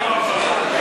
לא עבר.